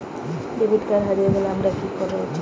Debit card হারিয়ে গেলে আমার কি করা উচিৎ?